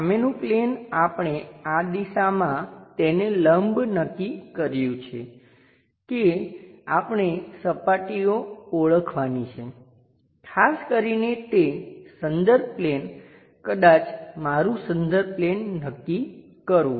સામેનું પ્લેન આપણે આ દિશામાં તેને લંબ નક્કી કર્યું છે કે આપણે સપાટીઓ ઓળખવાની છે ખાસ કરીને તે સંદર્ભ પ્લેન કદાચ મારું સંદર્ભ પ્લેન નક્કી કરવું